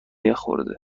یخورده